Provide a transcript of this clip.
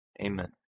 Amen